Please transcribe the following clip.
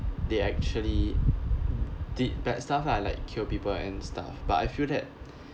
they actually did bad stuff lah like kill people and stuff but I feel that